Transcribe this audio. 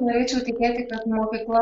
norėčiau tikėti kad mokykla